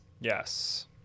Yes